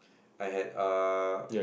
I had err